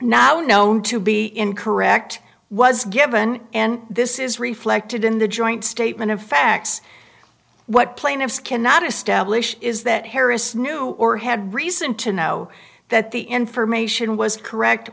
now known to be incorrect was given and this is reflected in the joint statement of facts what plaintiffs cannot establish is that harris knew or had reason to know that the information was correct